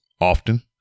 often